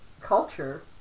culture